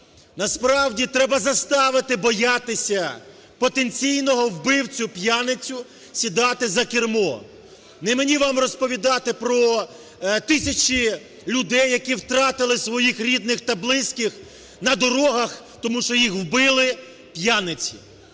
насправді треба заставити боятися потенційного вбивця п'яницю сідати за кермо. Не мені вам розповідати про тисячі людей, які втратили своїх рідних та близьких на дорогах, тому що їх вбили п'яниці.